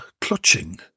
Clutching